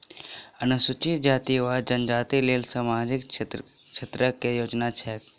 अनुसूचित जाति वा जनजाति लेल सामाजिक क्षेत्रक केँ योजना छैक?